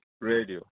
Radio